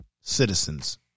citizens